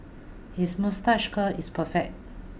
his moustache curl is perfect